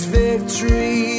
victory